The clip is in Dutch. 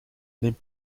neem